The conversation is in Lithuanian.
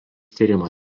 tyrimo